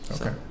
Okay